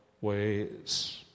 ways